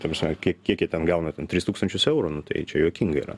ta prasme kiek kiek jie ten gauna ten tris tūkstančius eurų nu tai čia juokinga yra